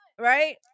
Right